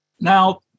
Now